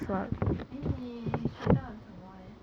uh then 你学到了什么 leh